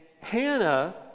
Hannah